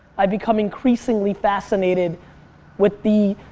i've become increasingly fascinated with the